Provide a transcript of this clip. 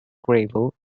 gravel